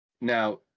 now